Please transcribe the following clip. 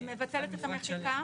את מבטלת את המחיקה?